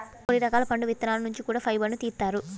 కొన్ని రకాల పండు విత్తనాల నుంచి కూడా ఫైబర్ను తీత్తారు